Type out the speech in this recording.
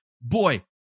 Boy